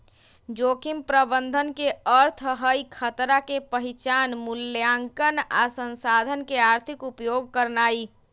जोखिम प्रबंधन के अर्थ हई खतरा के पहिचान, मुलायंकन आ संसाधन के आर्थिक उपयोग करनाइ